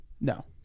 No